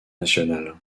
national